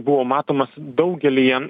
buvo matomas daugelyje